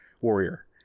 warrior